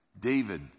David